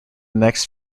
next